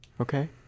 Okay